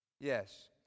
Yes